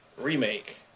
Remake